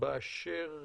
באשר